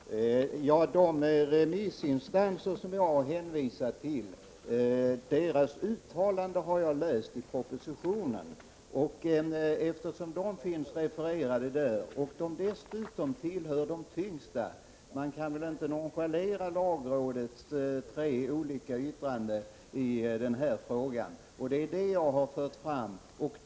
Herr talman! Uttalandena från de remissinstanser som jag har hänvisat till har jag läst i propositionen. De finns alltså refererade där och tillhör dessutom de tyngsta remissinstanserna — man kan väl inte nonchalera lagrådets tre yttranden i denna fråga. Det är detta som jag har framhållit.